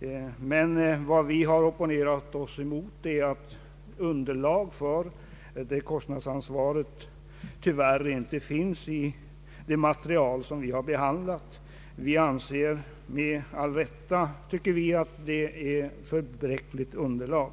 sig, men vad vi opponerar oss mot är att underlag för en sådan kostnadsfördelning tyvärr inte finns i det material som nu föreligger. Vi anser — med all rätt, tycker vi — att det är ett alltför bräckligt underlag.